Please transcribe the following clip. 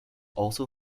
also